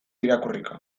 irakurriko